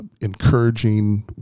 encouraging